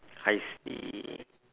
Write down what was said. I see